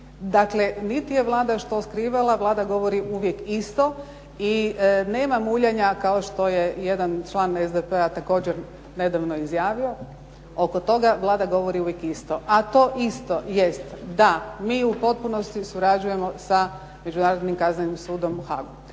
Dakle, niti je Vlada što skrivala, Vlada govori uvijek isto i nema muljanja kao što je jedan član SDP-a također nedavno izjavio oko toga. Vlada govori uvijek isto, a to isto jest da mi u potpunosti surađujemo sa Međunarodnim kaznenim sudom u Haagu,